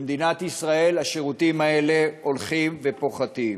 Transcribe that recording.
במדינת ישראל השירותים האלה הולכים ופוחתים.